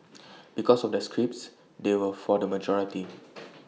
because of the scripts they were for the majority